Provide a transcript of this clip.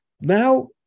Now